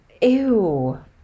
Ew